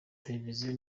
televiziyo